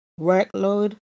workload